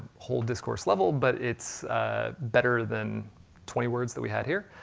whole discourse level, but it's better than twenty words that we had here.